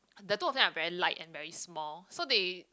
the two of them are very light and very small so they